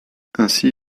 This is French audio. ainsi